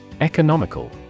Economical